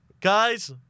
guys